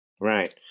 right